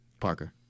Parker